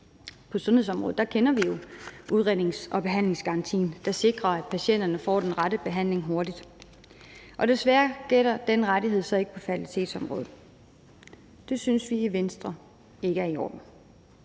På sundhedsområdet kender vi jo udrednings- og behandlingsgarantien, der sikrer, at patienterne får den rette behandling hurtigt. Desværre gælder den rettighed så ikke på fertilitetsområdet. Det synes vi i Venstre ikke er i orden.